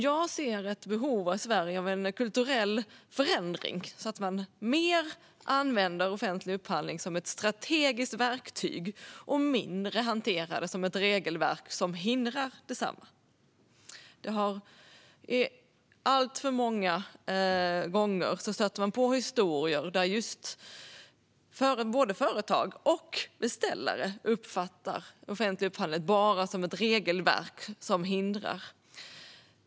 Jag ser ett behov i Sverige av en kulturell förändring så att man mer använder offentlig upphandling som ett strategiskt verktyg och mindre hanterar den som ett regelverk som hindrar densamma. Alltför ofta stöter vi på historier där just både företag och beställare uppfattar offentlig upphandling som ett regelverk som hindrar.